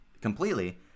completely